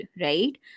right